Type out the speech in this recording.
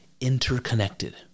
interconnected